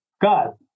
God